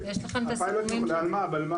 הפיילוט הוא לאלמ"ב.